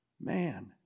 man